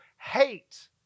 hate